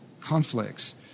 conflicts